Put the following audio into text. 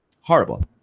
Horrible